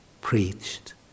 preached